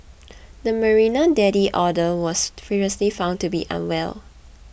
the Marina daddy otter was previously found to be unwell